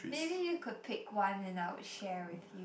maybe you could pick one and I will share with you